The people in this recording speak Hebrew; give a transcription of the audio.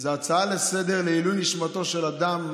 זאת הצעה לסדר-היום לעילוי נשמתו של אדם,